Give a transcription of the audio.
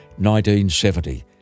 1970